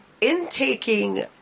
intaking